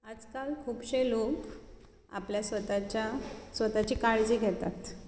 आयजकाल खुबशे लोक आपल्या स्वताच्या स्वताची काळजी घेतात